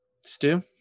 Stu